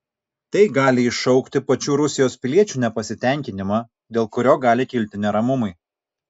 tai gali iššaukti pačių rusijos piliečių nepasitenkinimą dėl kurio gali kilti neramumai